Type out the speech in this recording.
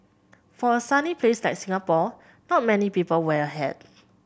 for a sunny place like Singapore not many people wear a hat